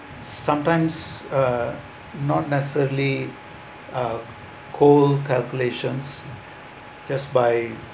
sometimes uh not necessarily uh cold calculations just by